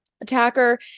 Attacker